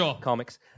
comics